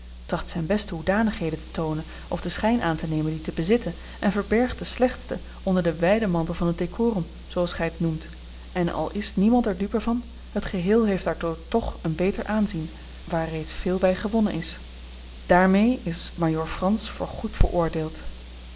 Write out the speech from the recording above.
tracht zijne beste hoedanigheden te toonen of den schijn aan te nemen die te bezitten verbergt de slechtste onder den wijden mantel van het decorum zooals gij het noemt en al is niemand er dupe van het geheel heeft daardoor toch een beter aanzien waar reeds veel bij gewonnen is daarmee is majoor frans voor goed veroordeeld